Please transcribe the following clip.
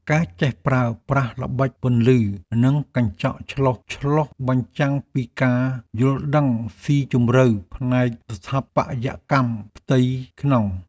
ការចេះប្រើប្រាស់ល្បិចពន្លឺនិងកញ្ចក់ឆ្លុះឆ្លុះបញ្ចាំងពីការយល់ដឹងស៊ីជម្រៅផ្នែកស្ថាបត្យកម្មផ្ទៃក្នុង។